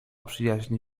przyjaźni